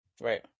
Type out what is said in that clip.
right